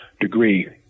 degree